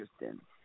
interesting